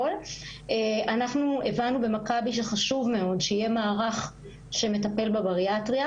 אנחנו במכבי הבנו שחשוב מאוד שיהיה מערך שמטפל בבריאטריה,